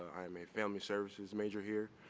i'm a family services major here.